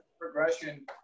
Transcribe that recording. progression